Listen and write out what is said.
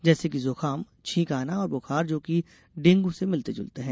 जैसे कि जुकाम झीक आना और बुखार जो कि डेंगू से मिलते जुलते हैं